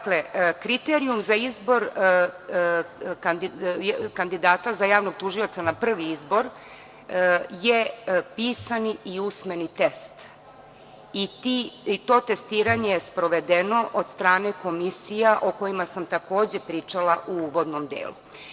Kriterijum za izbor kandidata za javnog tužioca na prvi izbor je pisani i usmeni test i to testiranje je sprovedeno od strane komisija o kojima sam takođe pričala u uvodnom delu.